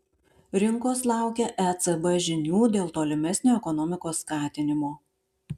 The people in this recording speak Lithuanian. rinkos laukia ecb žinių dėl tolimesnio ekonomikos skatinimo